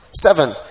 seven